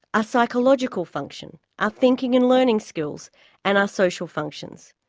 ah psychological function, our thinking and learning skills and our social functions.